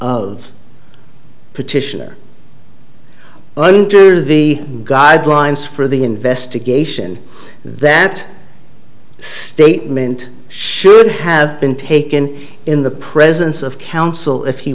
of petitioner under the guidelines for the investigation that statement should have been taken in the presence of counsel if he